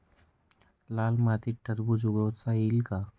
लाल मातीत टरबूज उगवता येईल का?